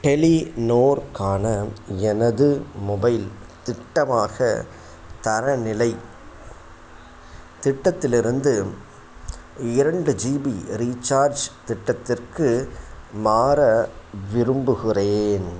டெலிநோர்கான எனது மொபைல் திட்டமாக தரநிலை திட்டத்தில் இருந்து இரண்டு ஜிபி ரீசார்ஜ் திட்டத்திற்கு மாற விரும்புகிறேன்